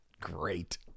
Great